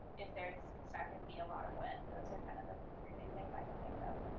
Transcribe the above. if there's expected be a lot of wind. those are kind of of three main things i can think of.